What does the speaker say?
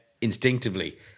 instinctively